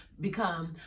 become